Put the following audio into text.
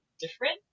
different